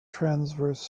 transverse